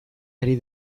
ari